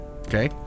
Okay